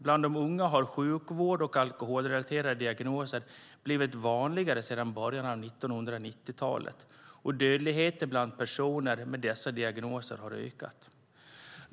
Bland de unga har sjukvård och alkoholrelaterade diagnoser blivit vanligare sedan början av 1990-talet, och dödligheten bland personer med dessa diagnoser har ökat.